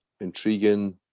intriguing